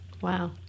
Wow